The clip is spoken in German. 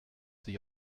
sich